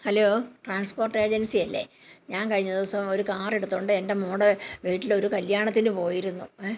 hello transport ഏജൻസിയല്ലേ ഞാൻ കഴിഞ്ഞ ദിവസം ഒരു കാർ എടുത്തോണ്ട് എൻ്റെ മോളുടെ വീട്ടിൽ ഒരു കല്ല്യാണത്തിന് പോയിരുന്നു ഏ